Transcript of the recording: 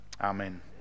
amen